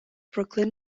brooklyn